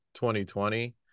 2020